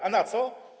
A na co?